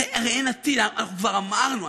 הרי אין עתיד, אנחנו כבר אמרנו.